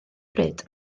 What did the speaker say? bryd